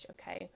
okay